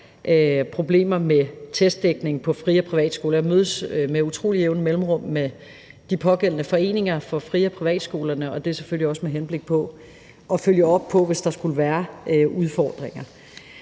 skulle sættes i verden. Jeg mødes med jævne mellemrum med de pågældende foreninger for fri- og privatskolerne, og det er selvfølgelig også med henblik på at følge op på det, hvis der skulle være udfordringer.